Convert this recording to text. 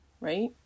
right